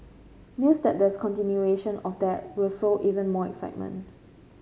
news that there's continuation of that will sow even more excitement